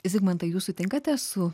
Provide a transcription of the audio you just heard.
zigmantai jūs sutinkate su